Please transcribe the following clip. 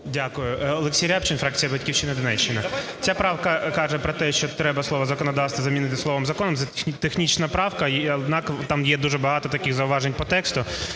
Дякую. Олексій Рябчин, фракція "Батьківщина", Донеччина. Ця правка каже про те, що треба слово "законодавство" замінити словом "закон". Це технічна правка, і однак там є дуже багато таких зауважень по тексту.